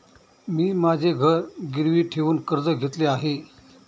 मी माझे घर गिरवी ठेवून कर्ज घेतले आहे